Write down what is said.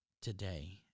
today